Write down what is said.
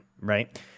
right